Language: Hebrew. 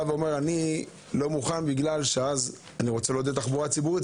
בזה שהוא בא ואומר: אני לא מוכן כי אני רוצה לעודד תחבורה ציבורית.